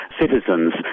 citizens